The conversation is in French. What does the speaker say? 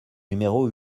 numéro